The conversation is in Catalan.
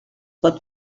pot